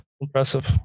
Impressive